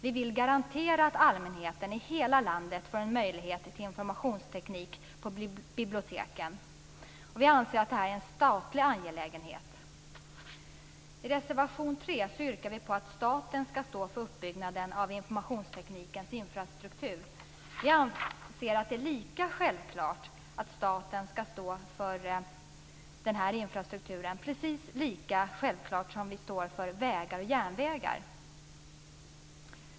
Vi vill garantera att allmänheten i hela landet får en möjlighet till informationsteknik på biblioteken. Vi anser att det här är en statlig angelägenhet. I reservation 3 yrkar vi att staten skall stå för uppbyggnaden av informationsteknikens infrastruktur. Vi anser att det är lika självklart att staten skall stå för den här infrastrukturen som det är att den skall stå för vägar och järnvägar.